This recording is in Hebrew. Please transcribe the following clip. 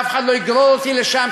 ואף אחד לא יגרור אותי לשם,